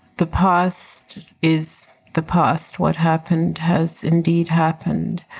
the past is the past. what happened has indeed happened.